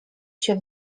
się